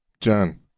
John